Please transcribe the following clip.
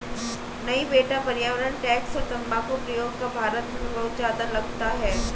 नहीं बेटा पर्यावरण टैक्स और तंबाकू प्रयोग कर भारत में बहुत ज्यादा लगता है